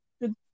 good